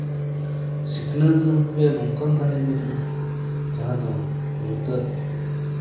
ᱥᱤᱠᱷᱱᱟᱹᱛ ᱨᱮᱫᱚ ᱱᱚᱝᱠᱟᱱ ᱫᱟᱲᱮ ᱢᱮᱱᱟᱜᱼᱟ ᱡᱟᱦᱟᱸ ᱫᱚ ᱧᱩᱛᱟᱹᱛ